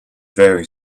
very